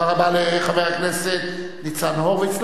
תודה רבה לחבר הכנסת ניצן הורוביץ.